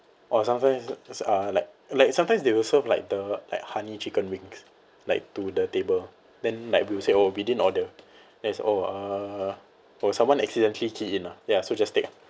or sometimes uh like like sometimes they will serve like the like honey chicken wings like to the table then like we'll say like oh we didn't order then is oh uh oh someone accidentally key in ah ya so just take ah